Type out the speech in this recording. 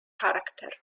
character